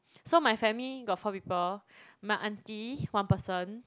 so my family got four people my aunty one person